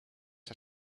her